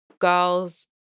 girls